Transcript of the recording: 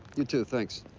you, too. thanks.